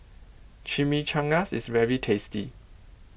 Chimichangas is very tasty